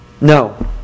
No